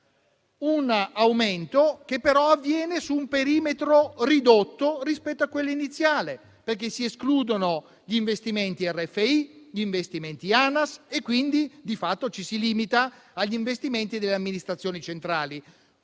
aumento, però, avviene su un perimetro ridotto rispetto a quello iniziale, perché si escludono gli investimenti di RFI e quelli di ANAS e quindi, di fatto, ci si limita agli investimenti delle amministrazioni centrali;